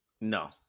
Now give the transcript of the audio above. No